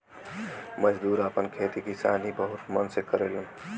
मजदूर आपन खेती किसानी बहुत मन से करलन